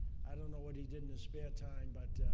i don't know what he did in his spare time, but